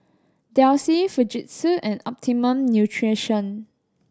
Delsey Fujitsu and Optimum Nutrition